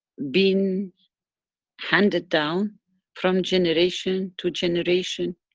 been handed down from generation to generation.